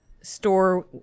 store